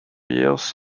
years